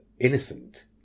innocent